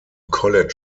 college